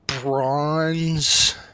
bronze